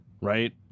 Right